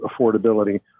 affordability